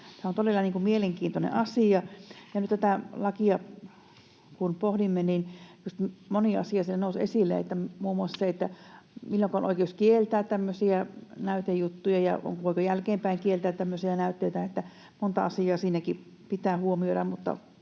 on todella mielenkiintoinen asia. Nyt kun tätä lakia pohdimme, niin moni asia siellä nousi esille, muun muassa se, milloinka on oikeus kieltää tämmöisiä näytejuttuja ja voiko jälkeenpäin kieltää tämmöisiä näytteitä, eli monta asiaa siinäkin pitää huomioida.